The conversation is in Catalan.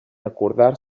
acordar